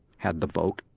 had the vote,